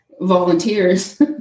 volunteers